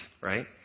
right